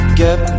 get